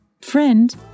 friend